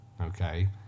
okay